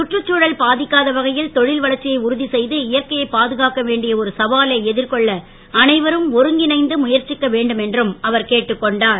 கற்றுச்சூழல் பாதிக்காத வகையில் தொழில் வளர்ச்சியை உறுதி செய்து இயற்கையை பாதுகாக்க வேண்டிய ஒரு சவாலை எதிர்கொள்ள அனைவரும் அருங்கிணைந்து முயற்சிக்க வேண்டும் என்றும் அவர் கேட்டுக் கொண்டார்